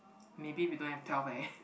maybe we don't have twelve eh